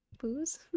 Booze